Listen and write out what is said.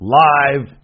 live